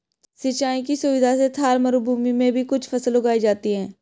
सिंचाई की सुविधा से थार मरूभूमि में भी कुछ फसल उगाई जाती हैं